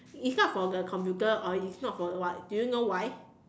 it's not for the computer or it's not for the what do you know why